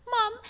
mom